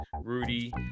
Rudy